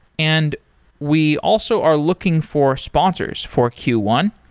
and we also are looking for sponsors for q one.